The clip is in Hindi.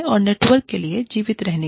और नेटवर्क के लिए जीवित रहने की